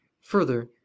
Further